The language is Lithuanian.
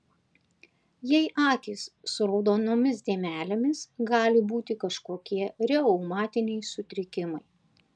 jei akys su raudonomis dėmelėmis gali būti kažkokie reumatiniai sutrikimai